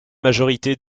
majorité